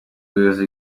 ubuyobozi